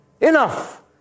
Enough